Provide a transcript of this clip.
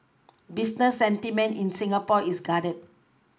business sentiment in Singapore is guarded